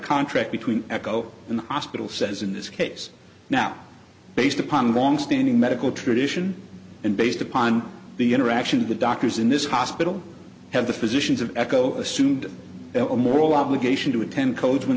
contract between echo and the hospital says in this case now based upon the longstanding medical tradition and based upon the interaction of the doctors in this hospital have the physicians of echo assumed a moral obligation to attend code when